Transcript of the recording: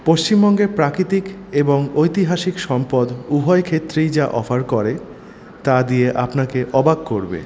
পশ্চিমবঙ্গের প্রাকৃতিক এবং ঐতিহাসিক সম্পদ উভয়ক্ষেত্রেই যা অফার করে তা দিয়ে আপনাকে অবাক করবে